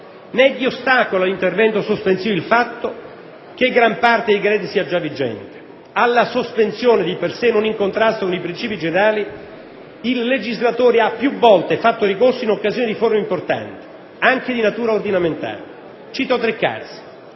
è di ostacolo all'intervento sospensivo il fatto che gran parte dei decreti sia già vigente. Alla sospensione, di per sé non in contrasto con i princìpi generali, il legislatore ha più volte fatto ricorso in occasione di riforme importanti, anche di natura ordinamentale; cito tre casi: